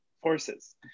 forces